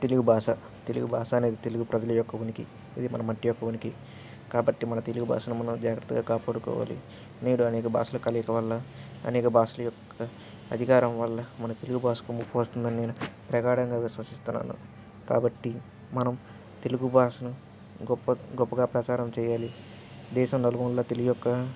తెలుగు భాష తెలుగు భాష అనేది తెలుగు ప్రజల యొక్క ఉనికి ఇది మన మట్టి యొక్క ఉనికి కాబట్టి మన తెలుగు భాషను మనం జాగ్రత్తగా కాపాడుకోవాలి నేడు అనేక భాషలు కలియక వల్ల అనేక భాషల యొక్క అధికారం వల్ల మన తెలుగు భాషకు ముప్పు వస్తుందని నేను ప్రగాడంగా విశ్వసిస్తున్నాను కాబట్టి మనం తెలుగు భాషను గొప్ప గొప్పగా ప్రచారం చేయాలి దేశం నలుమూలలా తెలుగు యొక్క